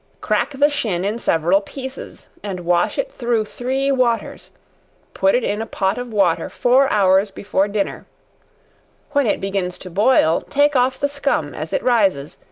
crack the shin in several pieces, and wash it through three waters put it in a pot of water four hours before dinner when it begins to boil, take off the scum as it risen,